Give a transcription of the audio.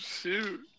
shoot